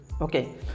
Okay